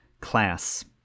class